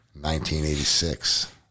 1986